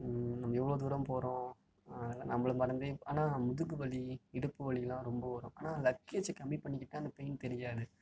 நம்ம எவ்வளோ தூரம் போகிறோம் நம்மளை மறந்தே ஆனால் முதுகுவலி இடுப்பு வலிலாம் ரொம்ப வரும் ஆனால் லக்கேஜ் கம்மி பண்ணிக்கிட்டா அந்த பெயின் தெரியாது